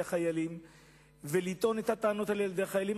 החיילים והטענות האלה על-ידי החיילים,